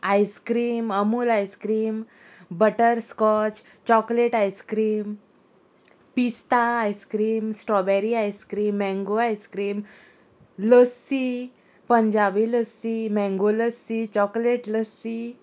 ice cream Amul ice cream butterscotch chocolate ice cream पिस्ता ice cream strawberry ice cream mango ice cream lassi Punjabi lassi mango lassi chocolate lassi